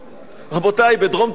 רבותי, בדרום תל-אביב,